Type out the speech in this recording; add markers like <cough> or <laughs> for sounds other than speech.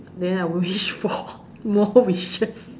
then I will wish for <laughs> more wishes